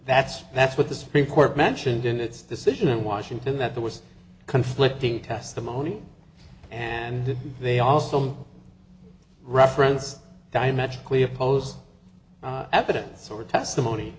that's that's what the supreme court mentioned in its decision in washington that there was conflicting testimony and they also referenced diametrically opposed evidence or testimony